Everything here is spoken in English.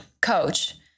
coach